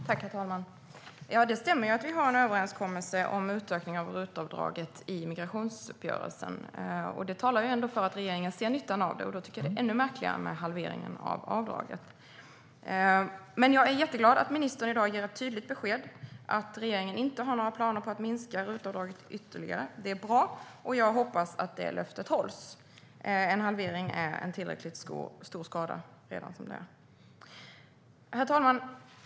Herr talman! Det stämmer att vi har en överenskommelse om utökning av RUT-avdraget i migrationsuppgörelsen. Det talar ändå för att regeringen ser nyttan av det. Det är då ännu märkligare med halveringen av avdraget. Jag är jätteglad att ministern i dag ger ett tydligt besked att regeringen inte har några planer på att minska RUT-avdraget ytterligare. Det är bra. Jag hoppas att det löftet hålls. En halvering är redan en tillräckligt stor skada. Herr talman!